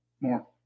More